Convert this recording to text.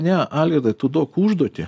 ne algirdai tu duok užduotį